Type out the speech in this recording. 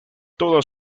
toda